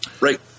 Right